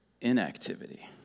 inactivity